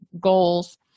goals